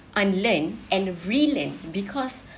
unlearn and relearn because